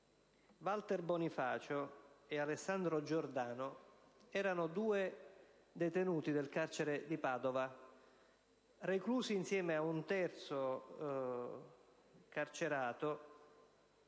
Walter Bonifacio ed Alessandro Giordano erano due detenuti del carcere di Padova, reclusi insieme ad un terzo carcerato.